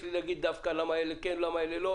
אלו כלים יש לי בבואי להחליט להביא נושא כזה ונושא אחר לא.